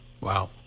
Wow